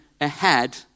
ahead